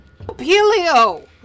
Pelio